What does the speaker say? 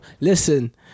listen